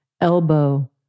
elbow